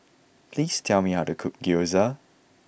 please tell me how to cook Gyoza